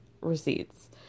receipts